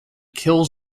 kills